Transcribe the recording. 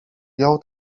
jął